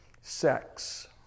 sex